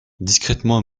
discrètement